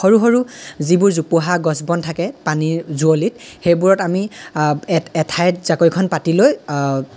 সৰু সৰু যিবোৰ জোপোহা গছ বন থাকে পানীৰ যুঁৱলিত সেইবোৰত আমি এঠা এঠাইত জাকৈখন পাতি লৈ